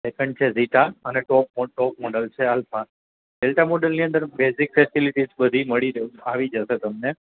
second છે zeta અને ટોપમાં ટોપ મોડેલ છે આલ્ફા ડેલ્ટા મોડલની અંદર બેઝિક ફેસેલીટીસ બધી મળી આવી જશે તમને